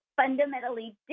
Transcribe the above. fundamentally